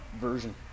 version